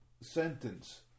sentence